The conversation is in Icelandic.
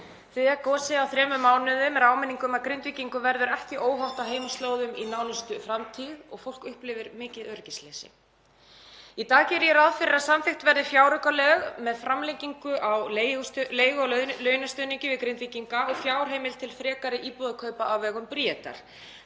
Þriðja gosið á þremur mánuðum er áminning um að Grindvíkingum verður ekki óhætt á heimaslóðum í nánustu framtíð og fólk upplifir mikið öryggisleysi. Í dag geri ég ráð fyrir að samþykkt verði fjáraukalög með framlengingu á leigu- og launastuðningi við Grindvíkinga og fjárheimild til frekari íbúðakaupa á vegum Bríetar.